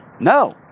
No